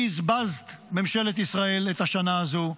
בזבזת, ממשלת ישראל, את השנה הזו.